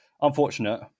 unfortunate